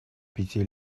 пяти